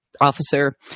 officer